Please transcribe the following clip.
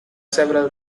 several